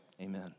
amen